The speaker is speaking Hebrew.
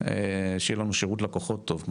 שיהיה לנו שירות לקוחות טוב.